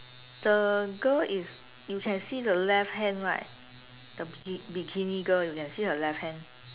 the girl is you can see the left hand right the bikini girl you can see her left hand